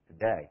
today